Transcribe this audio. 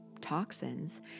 toxins